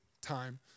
time